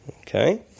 Okay